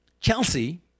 Chelsea